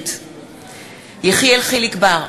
נגד יחיאל חיליק בר,